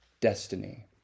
destiny